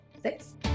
six